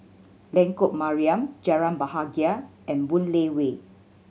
Lengkok Mariam Jalan Bahagia and Boon Lay Way